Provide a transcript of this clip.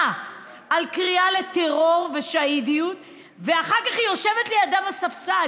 על קריאה לטרור ושהידיות ואחר כך היא יושבת לידם בספסל.